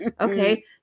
Okay